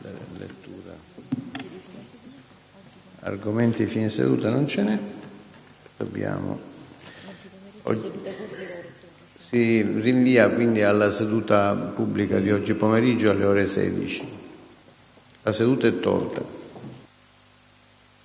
La seduta è tolta